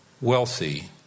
wealthy